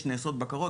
נעשות בקרות.